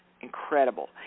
incredible